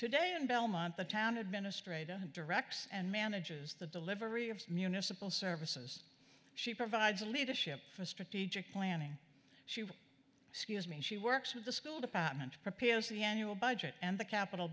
today in belmont the town administrator who directs and manages the delivery of municipal services she provides a leadership for strategic planning she scuse me she works with the school department prepares the annual budget and the capital